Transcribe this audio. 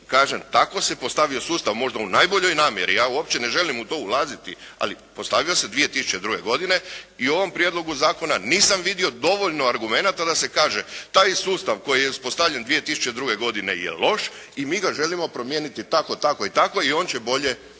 kažem tako se postavio sustav možda u najboljoj namjeri, ja uopće ne želim u to ulaziti, ali postavio se 2002. godine i u ovom prijedlogu zakona nisam vidio dovoljno argumenata da se kaže taj sustav koji je uspostavljen 2002. godine je loš i mi ga želimo promijeniti tako, tako i tako i on će bolje